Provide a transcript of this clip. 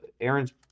Aaron's